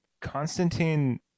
Constantine